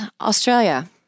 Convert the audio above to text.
Australia